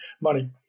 money